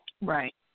Right